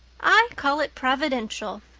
i call it providential,